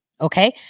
Okay